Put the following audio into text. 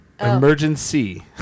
Emergency